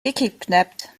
gekidnappt